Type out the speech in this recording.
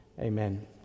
Amen